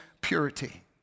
purity